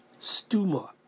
stuma